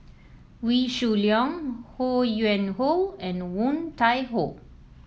Wee Shoo Leong Ho Yuen Hoe and Woon Tai Ho